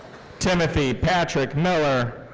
timothy patrick miller.